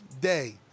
day